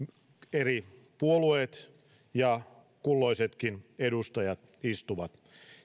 eri puolueet ja kulloisetkin edustajat istuvat